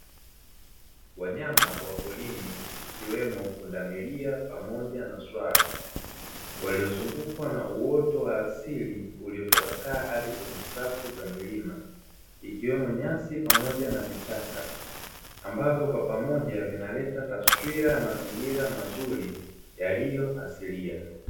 Wanyama wa porini ikiwemo pundamilia pamoja na swala ,waliozungukwa na uoto wa asili uliotapakaa hadi kwenye safu za milima, ikiwemo nyasi pamoja na vichaka ambavyo kwa pamoja vinaleta taswira ya mazingira mazuri yaliyo asilia.